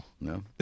no